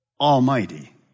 Almighty